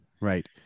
right